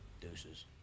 Deuces